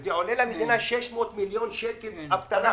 וזה יעלה למדינה 600 מיליון שקלים עבור אבטלה.